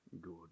good